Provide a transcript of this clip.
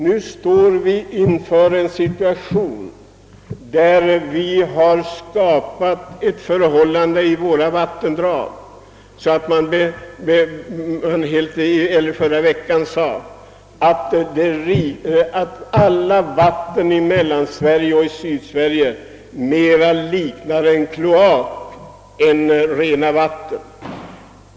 Nu har vi skapat ett sådant förhållande att — som någon yttrade förra veckan — alla vattendrag i Mellansverige och Sydsverige mera liknar en kloak än rent vatten.